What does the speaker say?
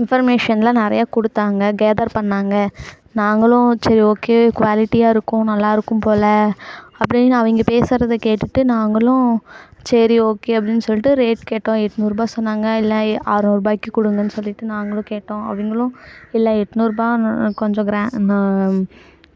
இன்பர்மேஷன்லாம் நிறையா கொடுத்தாங்க கேதர் பண்ணிணாங்க நாங்களும் சரி ஓகே குவாலிட்டியாக இருக்கும் நல்லா இருக்கும் போல அப்படின்னு அவங்க பேசுறதை கேட்டுட்டு நாங்களும் சரி ஓகே அப்படின்னு சொல்லிட்டு ரேட் கேட்டோம் எண்நூறுபா சொன்னாங்க இல்லை அறநூறுபாய்க்கு கொடுங்கன்னு சொல்லிட்டு நாங்களும் கேட்டோம் அவங்களும் இல்லை எண்நூறுபா அ கொஞ்சம் கிரா